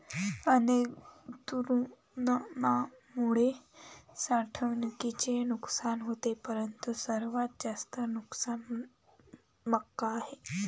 अनेक तृणधान्यांमुळे साठवणुकीचे नुकसान होते परंतु सर्वात जास्त नुकसान मका आहे